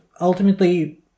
ultimately